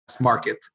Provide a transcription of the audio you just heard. market